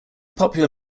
popular